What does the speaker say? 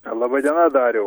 laba diena dariau